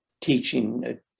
teaching